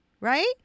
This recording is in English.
right